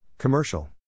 Commercial